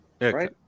Right